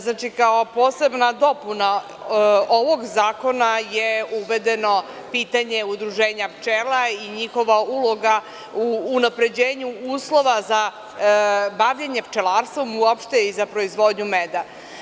Znači, kao posebna dopuna ovog zakona je uvedeno pitanje udruženja pčela i njihova uloga u unapređenju uslova za bavljenje pčelarstvom uopšte, i za proizvodnju meda.